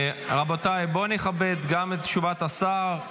רבותיי, בואו נכבד גם את תשובת השר.